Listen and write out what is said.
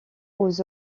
aux